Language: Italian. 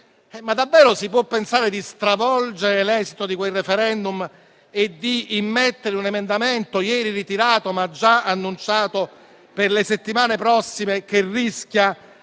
Ma davvero, dunque, si può pensare di stravolgere l'esito di quel *referendum* e immettere in un emendamento, ieri ritirato ma già annunciato per le settimane prossime, quello che rischia